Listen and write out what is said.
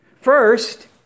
First